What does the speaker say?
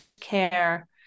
care